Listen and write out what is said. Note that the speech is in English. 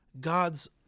God's